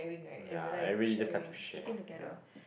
yea everybody just like to share yea